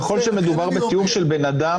ככל שמדובר בתיאור של בן אדם,